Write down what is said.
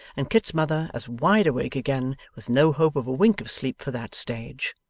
and kit's mother as wide awake again, with no hope of a wink of sleep for that stage.